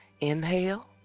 Inhale